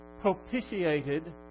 propitiated